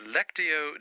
Lectio